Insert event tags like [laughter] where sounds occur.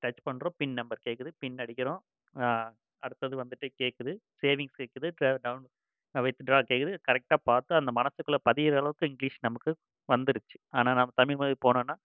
touch பண்ணுறோம் pin number கேட்குது pin அடிக்கிறோம் அடுத்தது வந்துட்டு கேட்குது சேவிங்ஸ் கேட்குது [unintelligible] டவுன் வித்ட்ரா கேட்குது கரெக்டாக பார்த்து அந்த மனசுக்குள்ளே பதிகிற அளவுக்கு இங்லீஷ் நமக்கு வந்துருச்சு ஆனால் நம்ம தமிழ்மொழி போனடன்னா